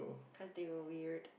cause they were weird